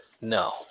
no